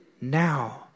now